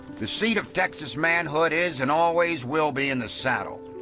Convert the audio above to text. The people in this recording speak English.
the seat of texas manhood is, and always will be, in the saddle.